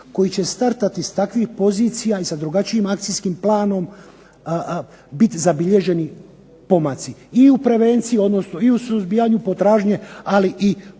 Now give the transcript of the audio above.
koje će startati iz takvih pozicija i sa drugačijim akcijskim planom biti zabilježeni pomaci i u prevenciji i u suzbijanju potražnje, ali i ponude